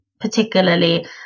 particularly